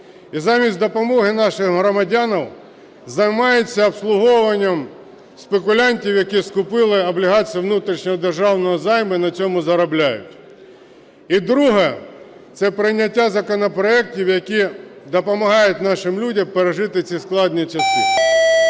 і замість допомоги нашим громадянам, займається обслуговуванням спекулянтів, які скупили облігації внутрішнього державного займу і на цьому заробляють. І друге – це прийняття законопроектів, які допомагають нашим людям пережити ці складні часи.